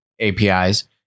APIs